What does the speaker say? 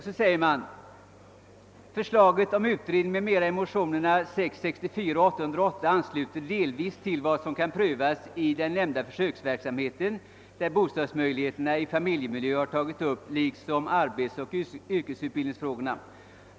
I sitt utlåtande anför utskottet: »Förslaget om utredning m.m. i motionerna I: 664 och II: 808 ansluter delvis till vad som kan prövas i den nämnda försöksverksamheten där bostadsmöjligheterna i familjemiljö har tagits upp liksom arbetsoch yrkesutbildningsfrågorna.